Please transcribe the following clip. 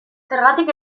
zergatik